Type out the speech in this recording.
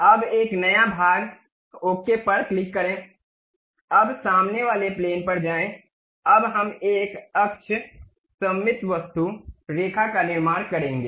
अब एक नया भाग ओके पर क्लिक करें अब सामने वाले प्लेन पर जाएं अब हम एक अक्ष सममित वस्तु रेखा का निर्माण करेंगे